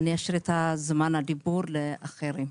ואני אשאיר את זמן הדיבור לאחרים.